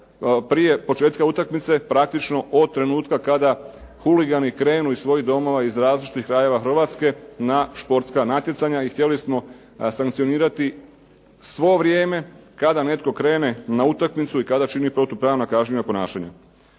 prije početka utakmice, praktično od trenutka kada huligani krenu iz svojih domova iz različitih krajeva Hrvatske na športska natjecanja i htjeli smo sankcionirati svo vrijeme kada netko krene na utakmicu i kada čini protupravna kažnjiva ponašanja.